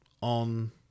on